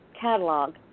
catalog